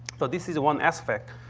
so, this is one aspect.